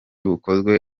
bukozwe